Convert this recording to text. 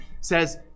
says